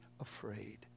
afraid